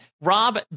rob